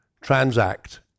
transact